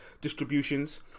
distributions